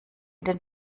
den